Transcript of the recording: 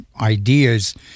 ideas